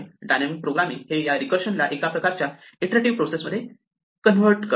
dynamic programming हे या रीकर्षण ला एका प्रकारच्या ईंटरेटिव्ह प्रोसेस मध्ये कन्वर्ट करते